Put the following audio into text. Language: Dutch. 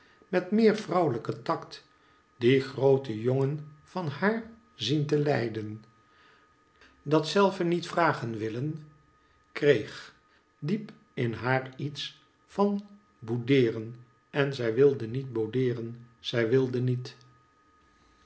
met meer vrouwelijken tact dien grooten jongen van haar zien te leiden dat zelve niet vragen willen kreeg diep in haar iets van boudeeren en zij wilde niet boudeeren zij wilde niet